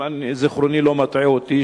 אם זיכרוני לא מטעה אותי,